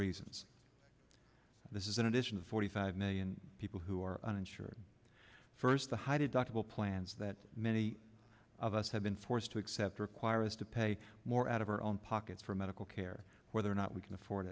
reasons this is an additional forty five million people who are uninsured first the high deductible plans that many of us have been forced to accept require us to pay more out of our own pockets for medical care whether or not we can afford